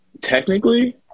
technically